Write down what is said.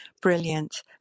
brilliant